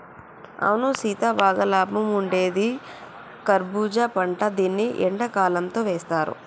అవును సీత బాగా లాభం ఉండేది కర్బూజా పంట దీన్ని ఎండకాలంతో వేస్తారు